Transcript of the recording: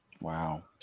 Wow